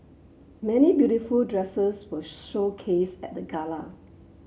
many beautiful dresses were showcased at the gala